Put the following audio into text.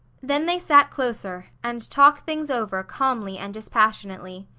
then they sat closer and talked things over calmly and dispassionately.